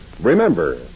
Remember